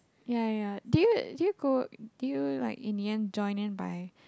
ya ya do you do you go do you like in the end join them by